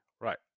Right